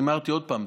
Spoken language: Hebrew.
אני אומר עוד פעם,